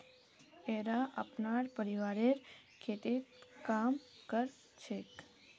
येरा अपनार परिवारेर खेततत् काम कर छेक